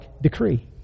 decree